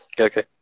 okay